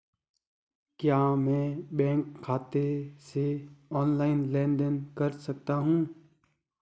क्या मैं बैंक खाते से ऑनलाइन लेनदेन कर सकता हूं?